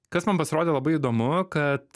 kas man pasirodė labai įdomu kad